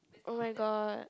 oh my god